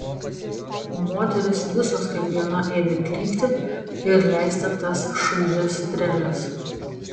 moterys visos kaip viena ėmė klykti ir leisti tas šaižias treles